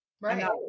right